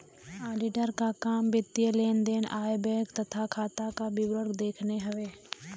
auditor क काम वित्तीय लेन देन आय व्यय तथा खाता क विवरण देखना हउवे